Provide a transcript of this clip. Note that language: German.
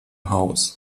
house